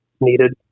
needed